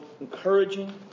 encouraging